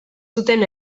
zuten